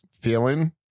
feeling